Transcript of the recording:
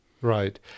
Right